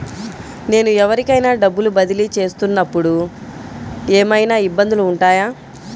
నేను ఎవరికైనా డబ్బులు బదిలీ చేస్తునపుడు ఏమయినా ఇబ్బందులు వుంటాయా?